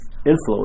influence